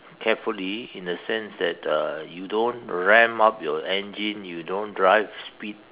carefully in a sense that uh you don't ramp up your engine you don't drive speed